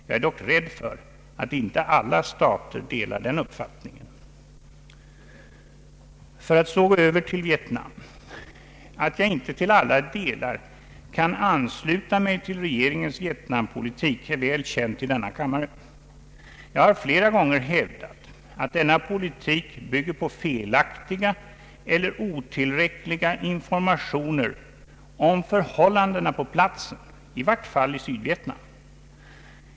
Jag är dock rädd för att inte alla stater delar den uppfattningen. Jag går så över till Vietnam. Att jag inte till alla delar kan ansluta mig till regeringens Vietnampolitik är väl känt i denna kammare. Jag har flera gånger hävdat att denna politik bygger på felaktiga eller otillräckliga informationer om förhållandena på platsen, i vart fall i Sydvietnam.